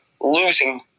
losing